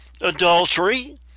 Adultery